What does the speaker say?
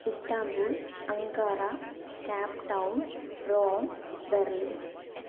Istanbul Ankara Cape Town Rome Berlin